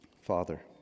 Father